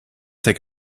take